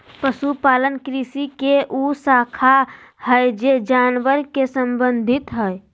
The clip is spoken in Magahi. पशुपालन कृषि के उ शाखा हइ जे जानवर से संबंधित हइ